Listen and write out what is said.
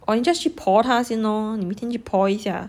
or 你 just 去 por 他先 lor 你每天去 por 一下